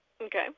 Okay